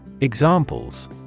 Examples